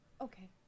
Okay